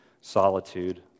solitude